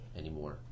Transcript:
anymore